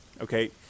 Okay